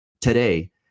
today